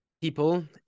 people